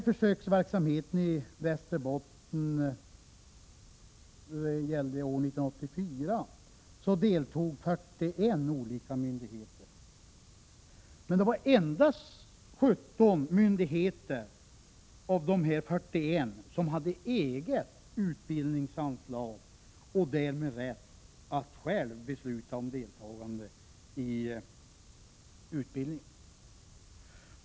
I försöksverksamheten i Västerbotten år 1984 deltog 41 olika myndigheter. Men det var endast 17 av dessa 41 som hade egna utbildningsanslag och därmed rätt att själva besluta om deltagande i utbildning.